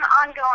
ongoing